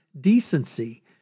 decency